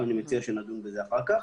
אבל אני מציע שנדון בזה אחר כך.